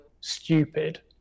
stupid